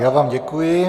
Já vám děkuji.